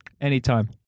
anytime